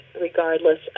regardless